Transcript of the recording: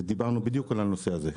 ודיברנו בדיוק על הנושא הזה.